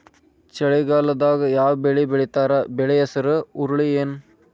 ಚಳಿಗಾಲದಾಗ್ ಯಾವ್ ಬೆಳಿ ಬೆಳಿತಾರ, ಬೆಳಿ ಹೆಸರು ಹುರುಳಿ ಏನ್?